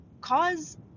cause